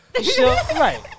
Right